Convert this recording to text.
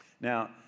Now